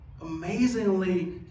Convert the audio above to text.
amazingly